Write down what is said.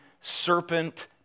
serpent